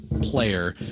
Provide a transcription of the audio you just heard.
player